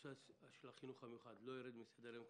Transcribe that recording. נושא החינוך המיוחד לא ירד מסדר היום,